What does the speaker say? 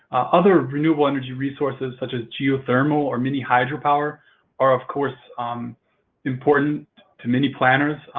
other renewable energy resources such as geothermal or mini-hydropower are of course um important to many planners,